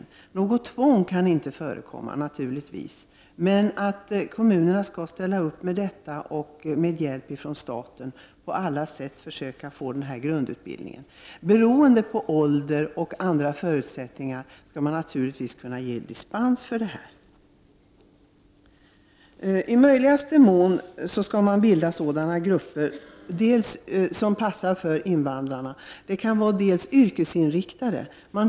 Det skall naturligtvis inte förekomma något tvång, men kommunerna skall ställa upp med sådan undervisning med hjälp från staten och på alla sätt se till att människor får den här grundutbildningen. Man skall naturligtvis kunna ge dispens från detta krav med hänsyn till ålder och andra förutsättningar. Man skall i möjligaste mån bilda sådana grupper som passar för invandrarna. Det kan vara fråga om yrkesinriktade grupper.